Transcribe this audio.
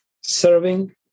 serving